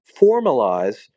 formalize